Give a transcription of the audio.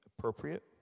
Appropriate